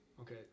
Okay